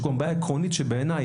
יש גם בעיה עקרונית שבעיניי,